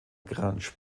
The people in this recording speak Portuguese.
grandes